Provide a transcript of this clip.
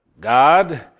God